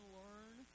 learn